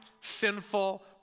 sinful